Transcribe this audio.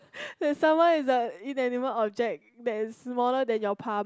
like someone is like inanimate object that is smaller than your palm